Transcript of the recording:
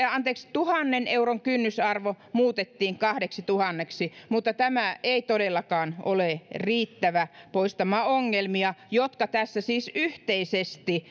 tuhannen euron kynnysarvo muutettiin kahdeksituhanneksi mutta tämä ei todellakaan ole riittävä poistamaan ongelmia jotka tässä siis yhteisesti